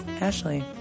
Ashley